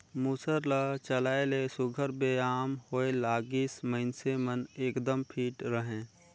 मूसर ल चलाए ले सुग्घर बेयाम होए लागिस, मइनसे मन एकदम फिट रहें